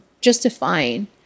justifying